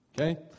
Okay